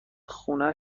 خونه